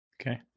Okay